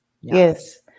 Yes